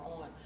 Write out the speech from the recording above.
on